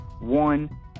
One